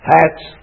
hats